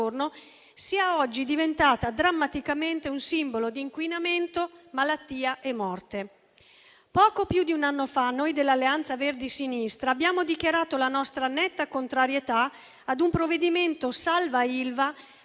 sia oggi diventata drammaticamente un simbolo di inquinamento, malattia e morte. Poco più di un anno fa, noi dell'Alleanza Verdi e Sinistra abbiamo dichiarato la nostra netta contrarietà ad un provvedimento salva-Ilva